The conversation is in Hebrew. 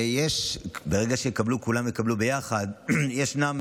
ברגע שכולם יקבלו ביחד 70%,